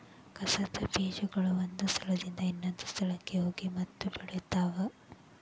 ಕಸದ ಬೇಜಗಳು ಒಂದ ಸ್ಥಳದಿಂದ ಇನ್ನೊಂದ ಸ್ಥಳಕ್ಕ ಹೋಗಿ ಮತ್ತ ಬೆಳಿತಾವ